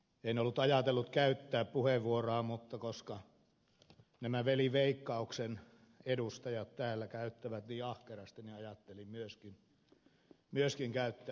en ollut ajatellut käyttää puheenvuoroa mutta koska nämä veli veikkauksen edustajat täällä käyttävät niin ahkerasti niin ajattelin myöskin käyttää lyhyen puheenvuoron